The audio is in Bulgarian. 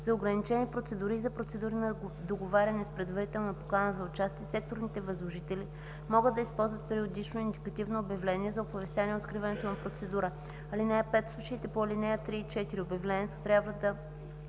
За ограничени процедури и за процедури на договаряне с предварителна покана за участие секторните възложители могат да използват периодично индикативно обявление за оповестяване откриването на процедура. (5) В случаите по ал. 3 и 4 обявлението трябва да: